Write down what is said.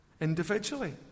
individually